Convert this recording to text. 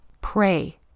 Pray